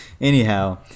Anyhow